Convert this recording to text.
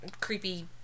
Creepy